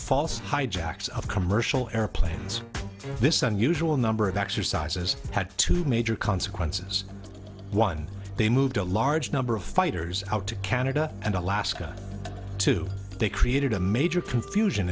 four hijacks of commercial airplanes this unusual number of exercises had two major consequences one they moved a large number of fighters out to canada and alaska two they created a major confusion